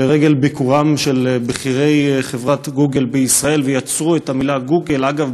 לרגל ביקורם של בכירי חברת "גוגל" בישראל ויצרו את המילה "גוגל" אגב,